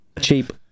Cheap